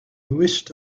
wished